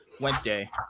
Wednesday